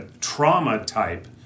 trauma-type